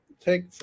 take